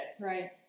Right